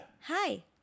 Hi